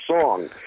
song